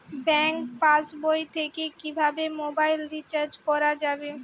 Bank পাশবই থেকে কিভাবে মোবাইল রিচার্জ করা যাবে?